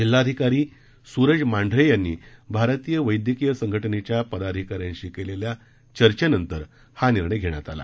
जिल्हाधिकारी सुरज मांढरे यांनी भारतीय वैद्यकीय संघटनेच्या पदाधिकायांशी केलेल्या चर्चेनंतर हा निर्णय घेण्यात आला